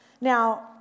Now